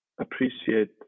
appreciate